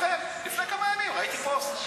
לפני כמה ימים ראיתי פוסט,